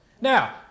Now